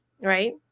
Right